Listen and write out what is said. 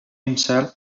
himself